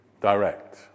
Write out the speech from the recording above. direct